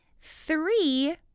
Three